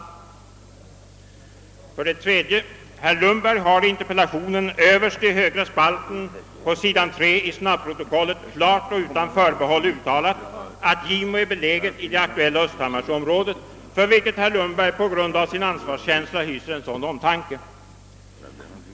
Herr Lundberg har i interpellationen, klart och utan förbehåll uttalat, att Gimo är beläget i det aktuella östhammarsområdet, för vilket herr Lundberg på grund av sin ansvarskänsla hyser sådan omtanke.